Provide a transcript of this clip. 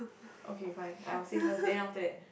okay fine I will say first then after that